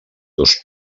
dos